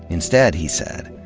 instead, he said,